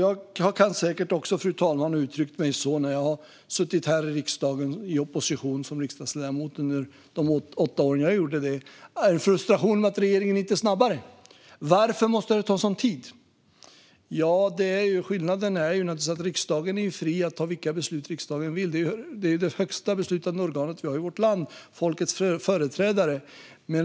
Jag kan, liksom riksdagsledamoten nu gör, säkert också ha uttryckt en frustration över att regeringen inte var snabbare när jag satt i opposition i åtta år. Varför måste det ta sådan tid? Skillnaden är naturligtvis att riksdagen är fri att ta vilka beslut riksdagen vill. Riksdagen är folkets företrädare och det högsta beslutande organet vi har i vårt land.